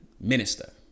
minister